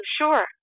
sure